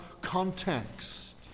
context